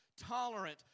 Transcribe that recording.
tolerant